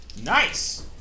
Nice